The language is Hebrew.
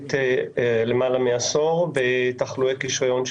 עוסקת למעלה מעשור בתחלואי קשרי הון,